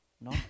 No